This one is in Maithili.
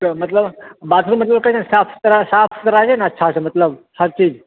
मतलब बाथरूम मे जे साफ सुथरा यऽ ने अच्छा सऽ मतलब सब चीज